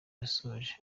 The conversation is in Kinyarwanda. yasoje